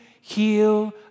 heal